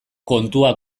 kontua